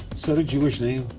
that a jewish name?